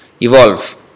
evolve